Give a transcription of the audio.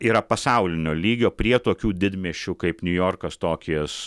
yra pasaulinio lygio prie tokių didmiesčių kaip niujorkas tokijas